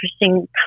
interesting